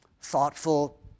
thoughtful